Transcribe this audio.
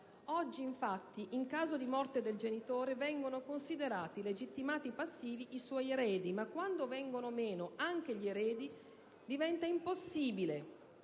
Oggi, infatti, in caso di morte del genitore vengono considerati legittimati passivi i suoi eredi, ma quando vengono meno anche gli eredi diventa impossibile